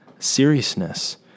seriousness